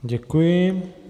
Děkuji.